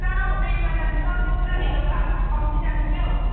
कहाँ हो ट्रेनमा जानुपर्छ हौ त्यत्रो रिजर्भ भाडा कम्ती जान्छ क्या हो